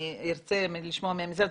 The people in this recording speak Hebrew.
אני ארצה לשמוע מהמשרד,